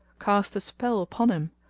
cast a spell upon him,